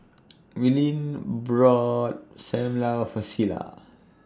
Willene bro SAM Lau For Celia